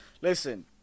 Listen